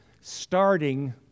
starting